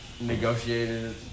negotiated